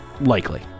Likely